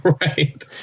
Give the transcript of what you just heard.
right